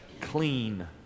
clean